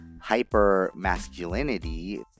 hyper-masculinity